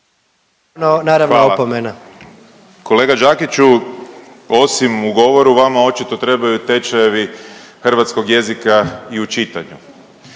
(SDP)** Hvala. Kolega Đakiću, osim u govoru vama očito trebaju tečajevi hrvatskog jezika i u čitanju